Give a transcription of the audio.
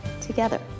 together